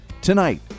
tonight